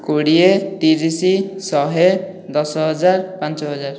କୋଡ଼ିଏ ତିରିଶ ଶହେ ଦଶ ହଜାର ପାଞ୍ଚହଜାର